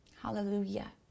Hallelujah